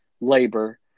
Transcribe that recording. labor